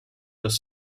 dos